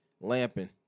Lamping